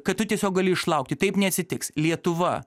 kad tu tiesiog gali išlaukti taip neatsitiks lietuva